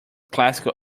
classical